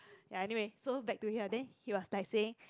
ya anyway so back to here then he was texting